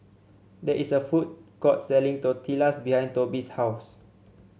there is a food court selling Tortillas behind Toby's house